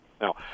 Now